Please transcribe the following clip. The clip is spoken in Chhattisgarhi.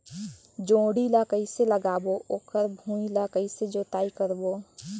जोणी ला कइसे लगाबो ओकर भुईं ला कइसे जोताई करबो?